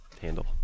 handle